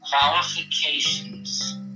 qualifications